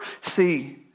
see